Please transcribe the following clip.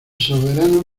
soberano